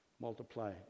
multiply